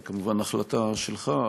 זאת כמובן החלטה שלך,